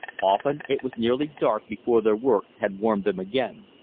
often it was nearly dark before their work had warmed them again.